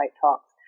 talks